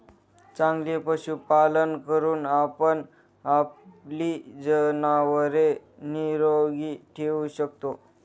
चांगले पशुपालन करून आपण आपली जनावरे निरोगी ठेवू शकतो